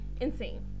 Insane